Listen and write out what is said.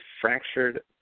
fractured